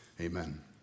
Amen